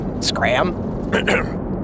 scram